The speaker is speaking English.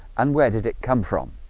and where did it come from?